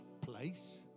place